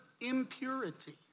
impurity